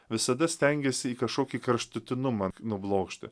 visada stengiasi į kašokį kraštutinumą nublokšti